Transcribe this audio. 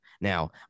Now